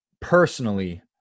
personally